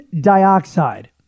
dioxide